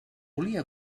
volia